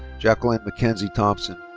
jacqueline mackenzie thompson.